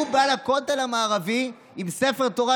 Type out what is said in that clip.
הוא בא לכותל המערבי עם ספר תורה,